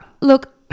Look